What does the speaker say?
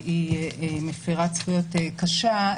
שהיא מפרת זכויות קשה,